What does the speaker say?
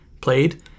played